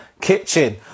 kitchen